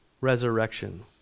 resurrection